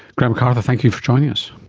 grant mcarthur, thank you for joining us.